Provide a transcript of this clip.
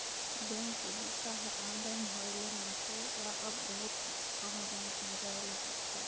bank के बूता हर ऑनलाइन होए ले मइनसे ल अब बहुत कम बेंक में जाए ले परथे